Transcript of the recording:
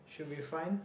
should be fine